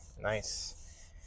Nice